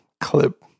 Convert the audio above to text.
clip